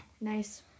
nice